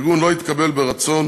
הארגון לא התקבל ברצון